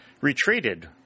Retreated